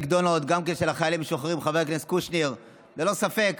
יהיה רשאי למשוך את סכום החיסכון הצבור הכולל ללא אישור